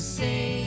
say